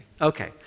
okay